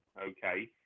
Okay